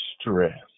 stress